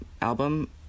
album